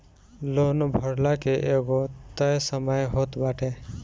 loan भरला के एगो तय समय होत बाटे